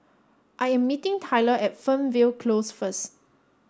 I am meeting Tyler at Fernvale Close first